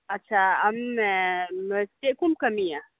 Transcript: ᱟᱪᱷᱟ ᱟᱢ ᱪᱮᱫᱠᱩᱢ ᱠᱟᱹᱢᱤᱭᱟ